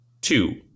two